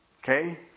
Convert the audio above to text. Okay